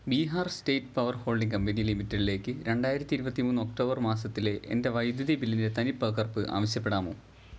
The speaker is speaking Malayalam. Bihar state power holding company ലിമിറ്റഡിലേക്ക് രണ്ടായിരത്തി ഇരുവത്തിമൂന്ന് ഒക്ടോബർ മാസത്തെ എൻ്റെ വൈദ്യുതി ബില്ലിൻ്റെ തനി പകർപ്പ് ആവശ്യപ്പെടാമോ